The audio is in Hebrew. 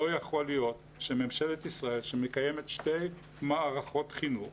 לא יכול להיות שממשלת ישראל שמקיימת שתי מערכות חינוך